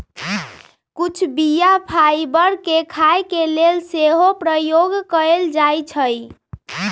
कुछ बीया फाइबर के खाय के लेल सेहो प्रयोग कयल जाइ छइ